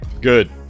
good